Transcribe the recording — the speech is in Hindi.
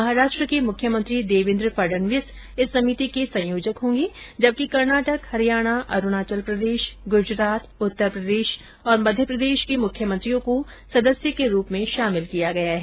महाराष्ट्र के मुख्यमंत्री देवेन्द्र फडणवीस इस समिति के संयोजक होंगे जबकि कर्नाटक हरियाणा अरूणाचल प्रदेश गुजरात उत्तर प्रदेश और मध्य प्रदेश के मुख्यमंत्रियों को सदस्य के रूप में शामिल किया गया हैं